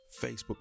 Facebook